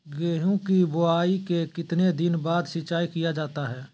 गेंहू की बोआई के कितने दिन बाद सिंचाई किया जाता है?